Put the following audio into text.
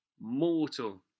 Mortal